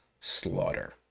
Slaughter